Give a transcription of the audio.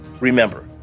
Remember